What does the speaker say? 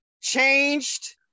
Changed